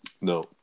no